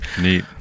Neat